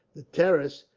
the terrace,